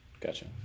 Gotcha